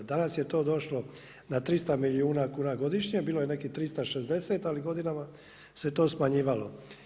Danas je to došlo na 300 milijuna kuna godišnje, bilo je nekih 360 ali godinama se to smanjivalo.